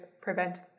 prevent